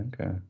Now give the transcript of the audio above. Okay